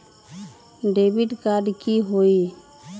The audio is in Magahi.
डेबिट कार्ड की होई?